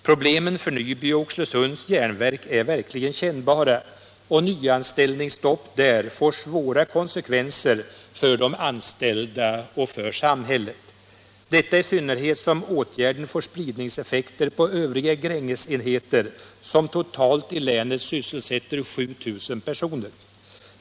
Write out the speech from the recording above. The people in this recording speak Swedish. Problemen för Nyby och Oxelösunds Järnverk är verkligen kännbara, och nyanställningsstopp där får svåra konsekvenser för de anställda och för samhället — detta i synnerhet som åtgärden får spridningseffekter på övriga Grängesenheter, som totalt i länet sysselsätter ca 7 000 personer.